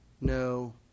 no